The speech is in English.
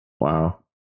Wow